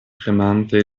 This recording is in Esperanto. premante